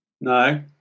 no